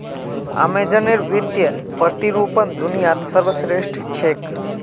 अमेज़नेर वित्तीय प्रतिरूपण दुनियात सर्वश्रेष्ठ छेक